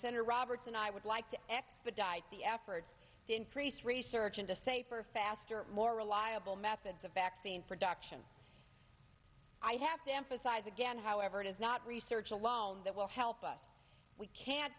senator roberts and i would like to expedite the effort to increase research into safer faster more rely methods of vaccine production i have to emphasize again however it is not research alone that will help us we can